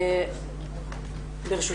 ברשותך.